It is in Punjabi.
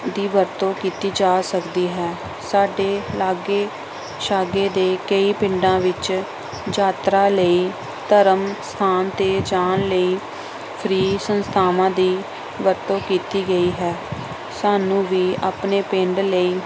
ਦੀ ਵਰਤੋਂ ਕੀਤੀ ਜਾ ਸਕਦੀ ਹੈ ਸਾਡੇ ਲਾਗੇ ਸ਼ਾਗੇ ਦੇ ਕਈ ਪਿੰਡਾਂ ਵਿੱਚ ਯਾਤਰਾ ਲਈ ਧਰਮ ਸਥਾਨ 'ਤੇ ਜਾਣ ਲਈ ਫ੍ਰੀ ਸੰਸਥਾਵਾਂ ਦੀ ਵਰਤੋਂ ਕੀਤੀ ਗਈ ਹੈ ਸਾਨੂੰ ਵੀ ਆਪਣੇ ਪਿੰਡ ਲਈ